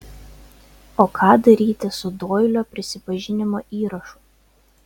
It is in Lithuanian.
o ką daryti su doilio prisipažinimo įrašu